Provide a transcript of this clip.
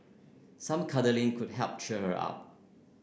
some cuddling could help cheer her up